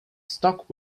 stock